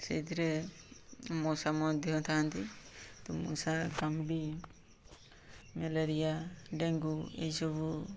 ସେଇଥିରେ ମଶା ମଧ୍ୟ ଥାଆନ୍ତି ତ ମଶା କାମୁଡ଼ି ମ୍ୟାଲେରିଆ ଡେଙ୍ଗୁ ଏଇସବୁ